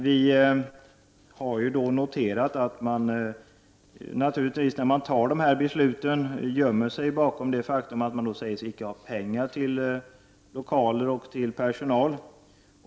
Vi har noterat att man naturligtvis när man fattar beslut gömmer sig bakom det faktum att det inte finns pengar till loka ler och personal.